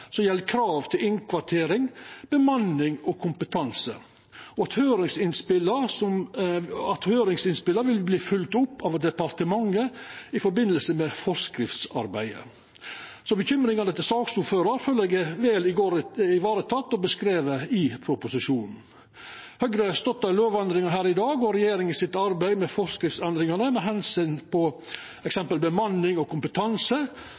som gjeld krav til innkvartering, bemanning og kompetanse, at høyringsinnspela vil verta følgde opp av departementet i forbindelse med forskriftsarbeidet, så bekymringane til saksordføraren føler eg er vel varetekne og beskrivne i proposisjonen. Høgre støttar lovendringa her i dag og regjeringa sitt arbeid med forskriftsendringane med omsyn til eksempelvis bemanning og kompetanse,